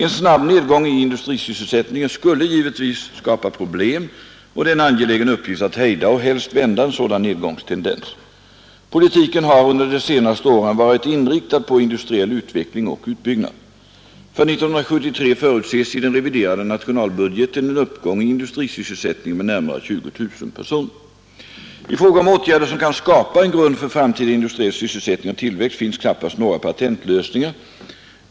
En snabb nedgång i industrisysselsättningen skulle givetvis skapa problem, och det är en angelägen uppgift att hejda och helst vända en sådan nedgångstendens. Politiken har under de senaste åren varit inriktad på industriell utveckling och utbyggnad. För 1973 förutses i den reviderade nationalbudgeten en uppgång i industrisysselsättningen med närmare 20 000 personer. I fråga om åtgärder som kan skapa en grund för framtida industriell sysselsättning och tillväxt finns knappast några patentlösningar.